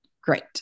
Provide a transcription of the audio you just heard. great